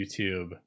youtube